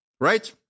right